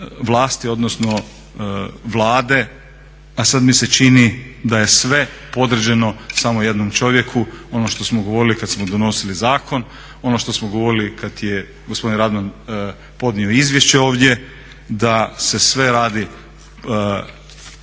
vlasti odnosno Vlade, a sad mi se čini da je sve podređeno samo jednom čovjeku, ono što smo govorili kad smo donosili zakon, ono što smo govorili kad je gospodin Radman podnio izvješće ovdje da se sve radi